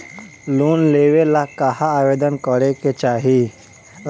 Loan लेवे ला कहाँ आवेदन करे के चाही?